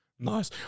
Nice